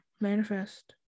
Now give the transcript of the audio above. manifest